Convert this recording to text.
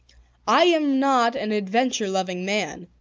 i am not an adventure-loving man.